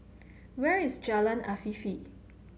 where is Jalan Afifi